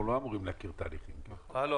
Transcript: אנחנו לא אמורים להכיר תהליכים כאלה.